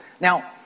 Now